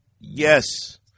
Yes